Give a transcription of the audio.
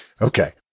okay